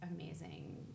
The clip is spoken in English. Amazing